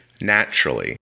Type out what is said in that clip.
naturally